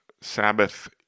Sabbath